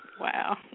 Wow